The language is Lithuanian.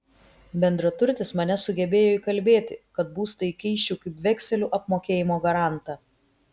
bendraturtis mane sugebėjo įkalbėti kad būstą įkeisčiau kaip vekselių apmokėjimo garantą